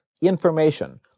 information